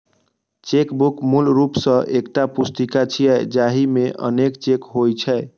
chequebook मूल रूप सं एकटा पुस्तिका छियै, जाहि मे अनेक चेक होइ छै